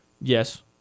Yes